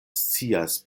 scias